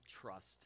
trust